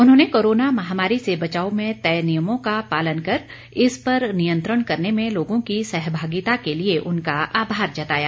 उन्होंने कोरोना महामारी से बचाव में तय नियमों का पालन कर इस पर नियंत्रण करने में लोगों की सहभागिता के लिए उनका आभार जताया